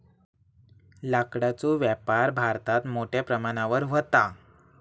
लाकडाचो व्यापार भारतात मोठ्या प्रमाणावर व्हता